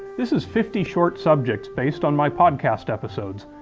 this is fifty short subjects based on my podcast episodes,